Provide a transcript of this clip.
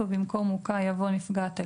ובמקום "מוכה" יבוא "נפגעת אלימות"."